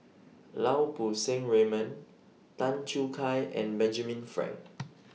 Lau Poo Seng Raymond Tan Choo Kai and Benjamin Frank